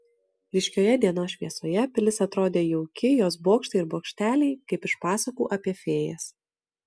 ryškioje dienos šviesoje pilis atrodė jauki jos bokštai ir bokšteliai kaip iš pasakų apie fėjas